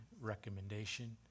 recommendation